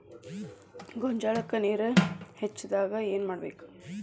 ಗೊಂಜಾಳಕ್ಕ ನೇರ ಹೆಚ್ಚಾದಾಗ ಏನ್ ಮಾಡಬೇಕ್?